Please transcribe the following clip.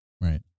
Right